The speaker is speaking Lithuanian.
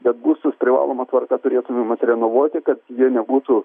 bet būstus privaloma tvarka turėtumėm atrenovuoti kad jie nebūtų